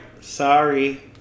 sorry